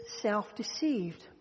self-deceived